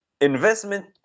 investment